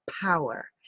power